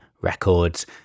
Records